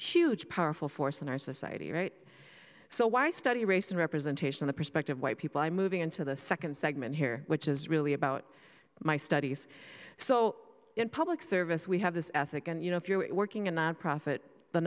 huge powerful force in our society right so why study race and representation in the perspective why people are moving into the second segment here which is really about my studies so in public service we have this ethic and you know if you're working a nonprofit